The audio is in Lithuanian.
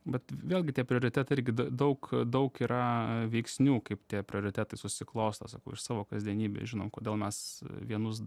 bet vėlgi tie prioritetai irgi da daug daug yra veiksnių kaip tie prioritetai susiklosto sakau iš savo kasdienybės žinom kodėl mes vienus